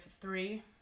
three